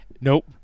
Nope